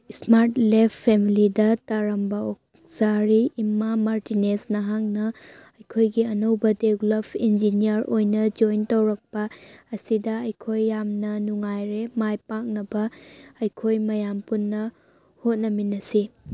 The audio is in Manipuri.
ꯏꯁꯃꯥꯔꯠ ꯂꯦꯞ ꯐꯦꯃꯤꯂꯤꯗ ꯇꯔꯥꯝꯅ ꯑꯣꯛꯆꯔꯤ ꯏꯃꯥ ꯃꯥꯔꯇꯤꯅꯦꯖ ꯅꯍꯥꯛꯅ ꯑꯩꯈꯣꯏꯒꯤ ꯑꯅꯧꯕ ꯗꯦꯕꯂꯞ ꯏꯟꯖꯤꯅꯤꯌꯔ ꯑꯣꯏꯅ ꯖꯣꯏꯟ ꯇꯧꯔꯛꯄ ꯑꯁꯤꯗ ꯑꯩꯈꯣꯏ ꯌꯥꯝꯅ ꯅꯨꯡꯉꯥꯏꯔꯦ ꯃꯥꯏ ꯄꯥꯛꯅꯕ ꯑꯩꯈꯣꯏ ꯃꯌꯥꯝ ꯄꯨꯟꯅ ꯍꯣꯠꯅꯃꯤꯟꯅꯁꯤ